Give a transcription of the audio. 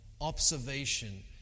observation